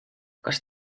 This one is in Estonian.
kas